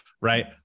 right